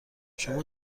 شما